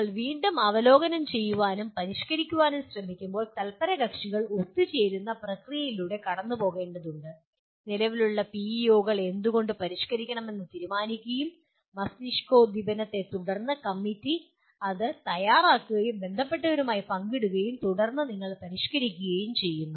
നിങ്ങൾ വീണ്ടും അവലോകനം ചെയ്യാനും പരിഷ്ക്കരിക്കാനും ശ്രമിക്കുമ്പോൾ തല്പരകക്ഷികൾ ഒത്തുചേരുന്ന പ്രക്രിയയിലൂടെ കടന്നുപോകേണ്ടതുണ്ട് നിലവിലുള്ള പിഇഒകൾ എന്തുകൊണ്ട് പരിഷ്ക്കരിക്കണമെന്ന് തീരുമാനിക്കുകയും മസ്തിഷ്കോദ്ദീപനത്തെത്തുടർന്ന് കമ്മിറ്റി അത് തയ്യാറാക്കുകയും ബന്ധപ്പെട്ടവരുമായി പങ്കിടുകയും തുടർന്ന് നിങ്ങൾ പരിഷ്ക്കരിക്കുകയും ചെയ്യുന്നു